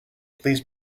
please